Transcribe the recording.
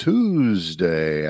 Tuesday